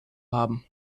haben